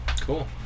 Cool